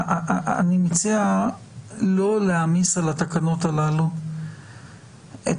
אני מציע לא להעמיס על התקנות הללו את